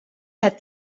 het